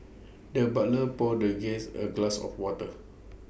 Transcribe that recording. the butler poured the guest A glass of water